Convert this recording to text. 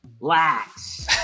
relax